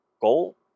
goal